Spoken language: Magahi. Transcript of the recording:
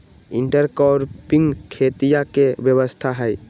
इंटरक्रॉपिंग खेतीया के व्यवस्था हई